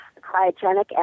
cryogenic